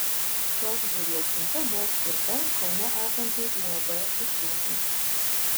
šios žuvies siunta buvo skirta kaune esančiai uab vičiūnai